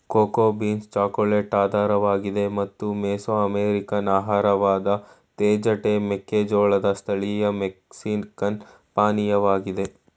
cocoa beans chocolate ಆಧಾರವಾಗಿದೆ ಮತ್ತು Mesoamerican ಆಹಾರವಾದ ತೇಜಟೆ ಮೆಕ್ಕೆಜೋಳದ್ ಸ್ಥಳೀಯ ಮೆಕ್ಸಿಕನ್ ಪಾನೀಯವಾಗಿದೆ